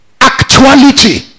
actuality